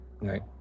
Right